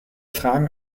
fragen